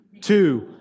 two